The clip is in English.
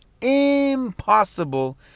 impossible